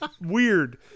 weird